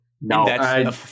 No